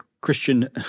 Christian